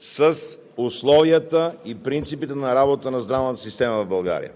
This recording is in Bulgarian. с условията и принципите на работа на здравната система в България.